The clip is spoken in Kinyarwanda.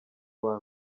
uwa